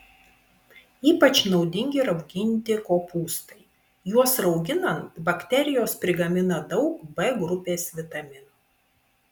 ypač naudingi rauginti kopūstai juos rauginant bakterijos prigamina daug b grupės vitaminų